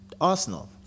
Arsenal